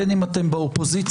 בין אם אתם בקואליציה,